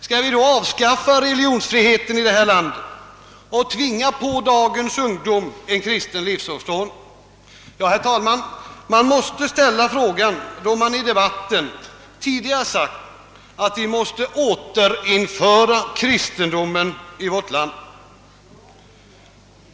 Skall vi då avskaffa religionsfriheten i detta land och tvinga på da gens ungdom en kristen livsåskådning? Herr talman! Man måste ställa frågan, då man i debatten tidigare har sagt, att vi måste återinföra kristendomen i vårt land.